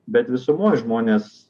bet visumoj žmonės